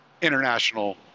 international